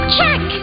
Check